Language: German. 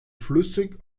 flüssig